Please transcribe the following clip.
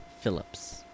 Phillips